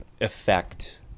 effect